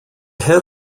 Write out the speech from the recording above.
head